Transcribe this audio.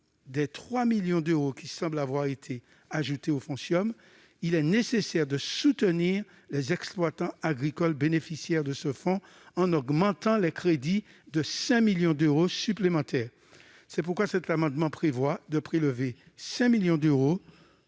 des 3 millions d'euros qui semblent avoir été ajoutés aux fonds CIOM, il est nécessaire de soutenir les exploitants agricoles bénéficiaires de ce fonds, en augmentant les crédits de 5 millions d'euros supplémentaires. Cet amendement vise ainsi à prélever 5 millions d'euros